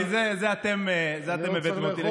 זה אתם הבאתם אותי.